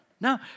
no